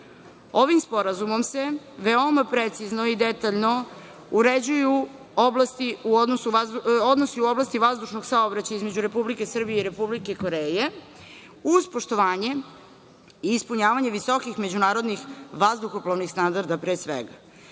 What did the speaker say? sporazumom se veoma precizno i detaljno uređuju odnosi u oblasti vazdušnog saobraćaja između RS i RK, uz poštovanje i ispunjavanje visokih međunarodnih vazduhoplovnih standarda, pre svega. Nešto